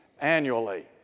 annually